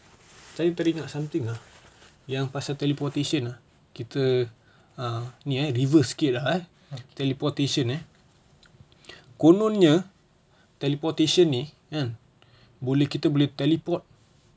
saya teringat something ah yang pasal teleportation ah kita uh ni eh reverse sikit ah eh teleportation eh kononnya teleportation ni kan boleh kita boleh teleport